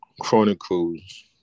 Chronicles